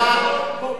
זה שידור ציבורי.